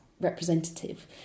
representative